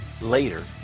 later